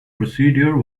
procedure